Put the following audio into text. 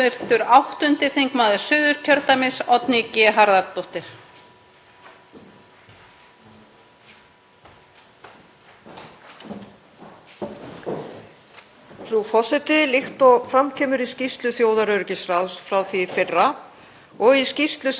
Frú forseti. Líkt og fram kemur í skýrslu þjóðaröryggisráðs frá því í fyrra og í skýrslu sem unnin var í kjölfar bankahrunsins og birt var í mars 2009 er staða okkar Íslendinga veikari en nágrannaþjóða þegar kemur að fæðuöryggi.